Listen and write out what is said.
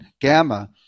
Gamma